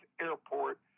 airport